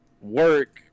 work